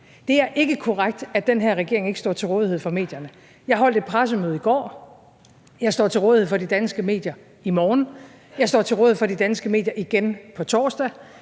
Det er ikke korrekt, at den her regering ikke står til rådighed for medierne. Jeg holdt et pressemøde i går, jeg står til rådighed for de danske medier i morgen, jeg står til rådighed for de danske medier igen på torsdag,